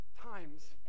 times